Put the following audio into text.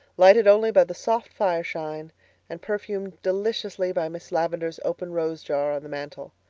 lighted only by the soft fireshine and perfumed deliciously by miss lavendar's open rose-jar on the mantel.